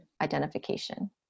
identification